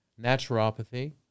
naturopathy